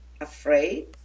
afraid